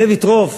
זאב יטרוף,